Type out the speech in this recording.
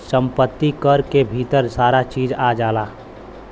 सम्पति कर के भीतर सारा चीज आ जाला